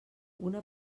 una